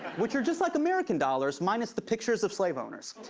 which are just like american dollars minus the pictures of slave owners.